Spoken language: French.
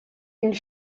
une